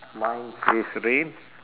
mine says rain